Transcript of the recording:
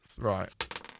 Right